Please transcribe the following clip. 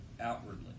outwardly